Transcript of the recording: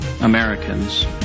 Americans